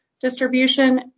distribution